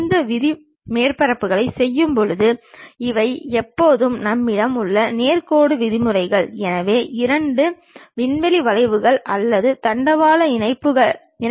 இந்தப் பொருளின் ஏறியத்தை தாளில் பெறும் பொழுது அங்கு இருக்கும் கோடுகள் மற்றும் புள்ளிகளுக்கு வெவ்வேறு விதமான குறியீடுகளை பயன்படுத்தலாம்